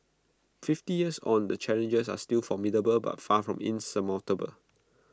fifty years on the challenges are still formidable but far from insurmountable